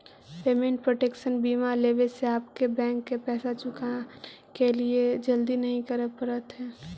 payment protection बीमा लेवे से आप बैंक के पैसा चुकाने के लिए जल्दी नहीं करे पड़त हई